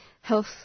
health